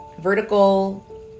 vertical